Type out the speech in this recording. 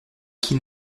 qu’il